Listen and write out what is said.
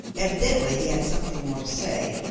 evidently he had something more to say,